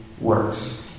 works